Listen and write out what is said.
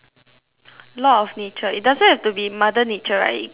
law of nature it doesn't have to be mother nature right it can be